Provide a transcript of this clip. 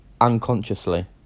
unconsciously